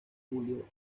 julio